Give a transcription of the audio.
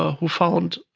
ah who found